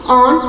on